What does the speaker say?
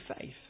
faith